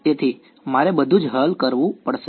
તેથી મારે બધું જ હલ કરવું પડશે